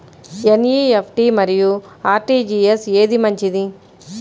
NEFT మరియు RTGS ఏది మంచిది?